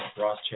Ross